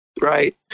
right